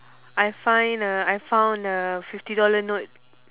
I find a I found a fifty dollar note